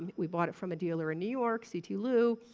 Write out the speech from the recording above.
and we bought it from a dealer in new york, c t. loo,